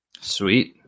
Sweet